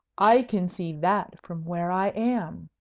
i can see that from where i am.